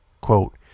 Quote